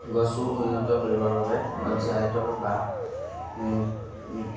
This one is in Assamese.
গছবোৰ উন্নত কৰিবৰ বাবে পঞ্চায়তৰ বা